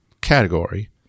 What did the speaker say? category